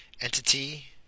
entity